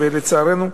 לצערנו,